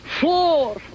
four